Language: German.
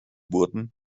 wurden